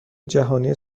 جهانی